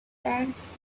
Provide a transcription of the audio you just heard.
ants